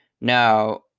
Now